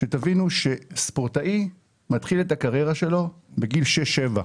שתבינו שספורטאי מתחיל את הקריירה שלו בגיל 6 7,